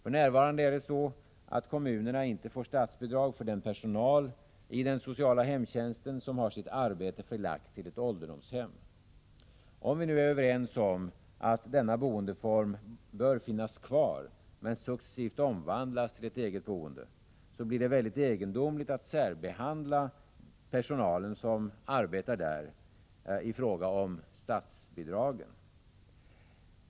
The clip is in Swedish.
För närvarande är det så, att kommunerna inte får statsbidrag för den personal i den sociala hemtjänsten som har sitt arbete förlagt till ett ålderdomshem. Om vi nu är överens om att denna boendeform bör finnas kvar men successivt omvandlas till ett eget boende, blir det mycket egendomligt att i fråga om statsbidragen särbehandla personalen som arbetar där.